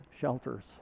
shelters